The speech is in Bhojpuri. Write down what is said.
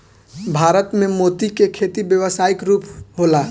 भारत में मोती के खेती व्यावसायिक रूप होला